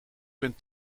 ben